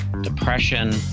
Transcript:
depression